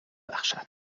بخشد